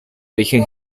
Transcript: origen